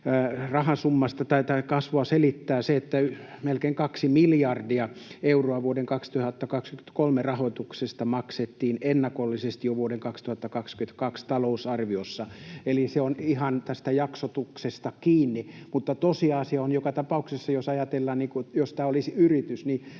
rahasumman kasvusta selittää se, että melkein kaksi miljardia euroa vuoden 2023 rahoituksesta maksettiin ennakollisesti jo vuoden 2022 talousarviossa. Eli se on ihan tästä jaksotuksesta kiinni. Mutta tosiasia on joka tapauksessa se, että jos ajatellaan, että tämä olisi yritys, niin